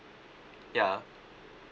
ya